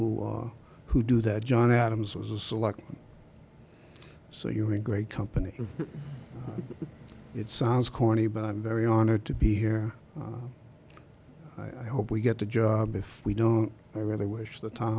who are who do that john adams was a selector so you're in great company and it sounds corny but i'm very honored to be here i hope we get the job if we don't i really wish the time